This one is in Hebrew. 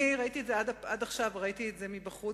עד עכשיו ראיתי את זה מבחוץ,